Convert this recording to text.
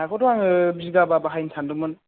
हाखौथ' आङो बिघाबा बाहायनो सानदोंमोन